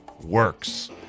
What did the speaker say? works